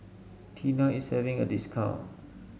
Tena is having a discount